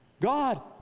God